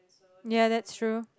ya that's true